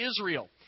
Israel